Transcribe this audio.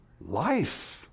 Life